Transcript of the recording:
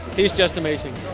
he's just amazing.